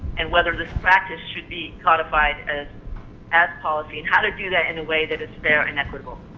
and whether this practice should be codified as as policy, and how to do that in a way that is fair and equitable.